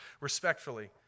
Respectfully